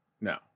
No